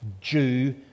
Jew